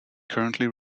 currently